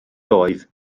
oedd